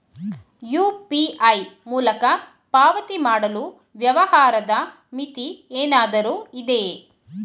UPI ಮೂಲಕ ಪಾವತಿ ಮಾಡಲು ವ್ಯವಹಾರದ ಮಿತಿ ಏನಾದರೂ ಇದೆಯೇ?